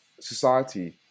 society